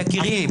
יקירי,